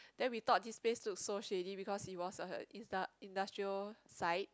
then we thought this place look so shady because it was a indus~ industrial site